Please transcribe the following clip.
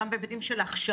גם בהיבטים של הכשרה,